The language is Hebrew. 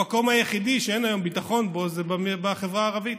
המקום היחידי שאין היום ביטחון בו הוא בחברה הערבית.